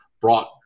brought